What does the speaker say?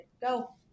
go